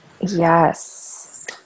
Yes